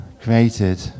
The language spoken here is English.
created